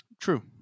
True